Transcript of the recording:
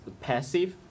passive